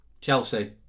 Chelsea